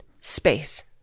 space